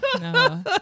no